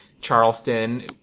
Charleston